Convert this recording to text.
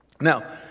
Now